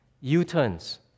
U-turns